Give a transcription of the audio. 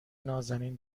نازنین